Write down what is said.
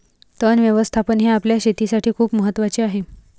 तण व्यवस्थापन हे आपल्या शेतीसाठी खूप महत्वाचे आहे